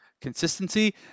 consistency